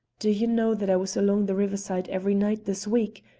do you know that i was along the riverside every night this week?